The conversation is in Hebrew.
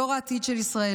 דור העתיד של ישראל,